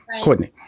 Courtney